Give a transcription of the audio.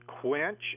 Quench